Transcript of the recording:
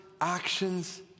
actions